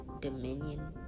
Dominion